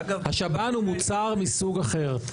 השב"ן הוא מוצר מסוג אחר.